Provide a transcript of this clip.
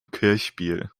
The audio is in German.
kirchspiel